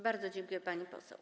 Bardzo dziękuję, pani poseł.